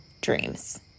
dreams